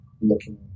looking